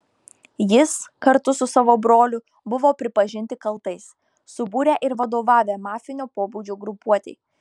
jis kartu su broliu buvo pripažinti kaltais subūrę ir vadovavę mafinio pobūdžio grupuotei